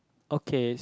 okay